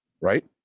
right